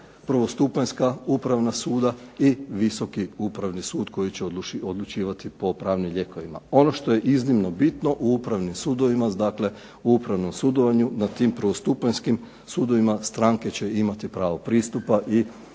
prvostupanjska upravna suda i visoki upravni sud koji će odlučivati po pravnim lijekovima. Ono što je iznimno bitno u upravnim sudovima, dakle u upravnom sudovanju na tim prvostupanjskim sudovima stranke će imati pravo pristupa i